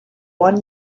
one